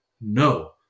No